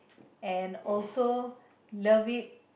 and also love it